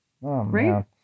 Right